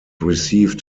received